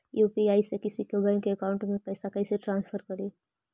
UPI से किसी के बैंक अकाउंट में पैसा कैसे ट्रांसफर करी?